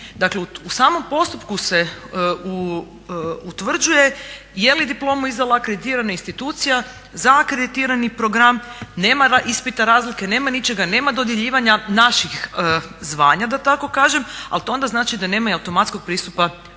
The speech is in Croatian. Dakle u samom postupku se utvrđuje je li diplomu izdala akreditirana institucija za akreditirani program, nema ispita razlike, nema ničega, nema dodjeljivanja naših zvanja da tako kažem ali to onda znači da nema i automatskog pristupa tržištu